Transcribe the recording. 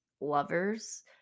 lovers